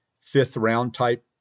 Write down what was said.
fifth-round-type